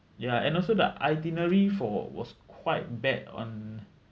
ya and also the itinerary for was quite bad on